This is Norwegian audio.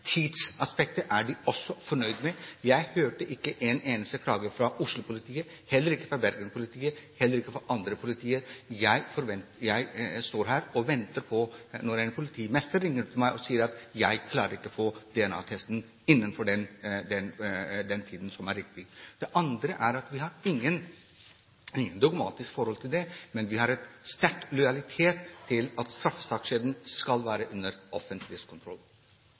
Jeg har ikke hørt én eneste klage fra Oslo-politiet, heller ikke fra Bergenspolitiet eller fra andre politidistrikter. Jeg står her og venter på at en politimester skal ringe meg og si: Jeg klarer ikke å få DNA-testen utført innen rett tid. Det andre er at vi har ikke noe dogmatisk forhold til dette, men vi har en sterk lojalitet til straffesakskjeden, og at den skal være under det offentliges kontroll.